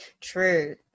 true